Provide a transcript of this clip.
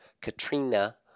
Katrina